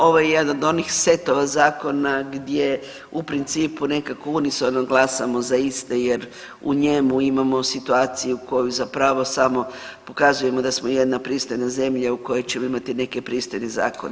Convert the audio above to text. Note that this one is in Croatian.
Ovo je jedan od onih setova zakona gdje u principu nekako unisono glasamo za iste, jer u njemu imamo situaciju koju za pravo samo pokazujemo da smo jedna pristojna zemlja u kojoj ćemo imati neke pristojne zakone.